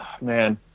man